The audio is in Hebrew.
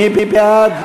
מי בעד?